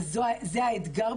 וזה האתגר,